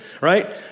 right